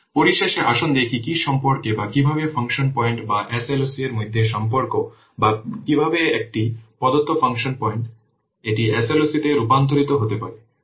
সুতরাং পরিশেষে আসুন দেখি কি সম্পর্ক বা কিভাবে ফাংশন পয়েন্ট বা SLOC এর মধ্যে সম্পর্ক বা কিভাবে একটি প্রদত্ত ফাংশন পয়েন্ট কিভাবে এটি SLOC তে রূপান্তরিত হতে পারে